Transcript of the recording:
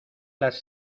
las